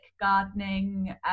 gardening